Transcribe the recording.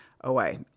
away